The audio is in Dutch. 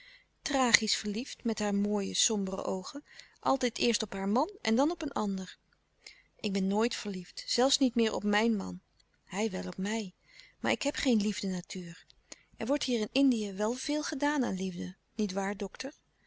tragisch verliefd met haar mooie sombere oogen altijd eerst op haar man en dan op een ander ik ben nooit verliefd zelfs niet meer op mijn man hij wel op mij maar ik heb geen liefdenatuur er wordt hier in indië louis couperus de stille kracht wel veel gedaan aan liefde niet waar dokter